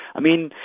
i mean,